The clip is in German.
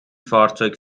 fahrzeug